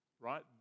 right